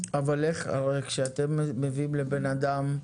אבל הרי כשאתם מביאים לבן אדם,